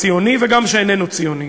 הציוני וגם שאיננו ציוני,